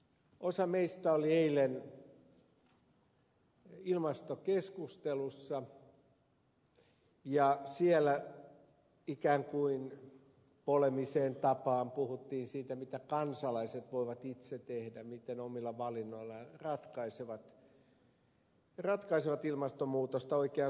osa meistä oli eilen ilmastokeskustelussa ja siellä ikään kuin poleemiseen tapaan puhuttiin siitä mitä kansalaiset voivat itse tehdä miten omilla valinnoillaan ratkaisevat ilmastonmuutosta oikeaan suuntaan